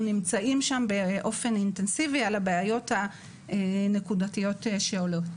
אנחנו נמצאים שם באופן אינטנסיבי על הבעיות הנקודתיות שעולות.